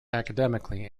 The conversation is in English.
academically